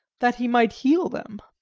that he might heal them.